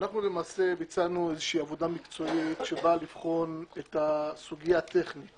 אנחנו למעשה ביצענו איזושהי עבודה מקצועית שבאה לבחון את הסוגיה הטכנית